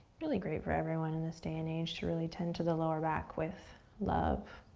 really great for everyone in this day and age to really tend to the lower back with love.